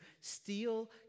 steal